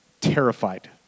Terrified